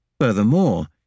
Furthermore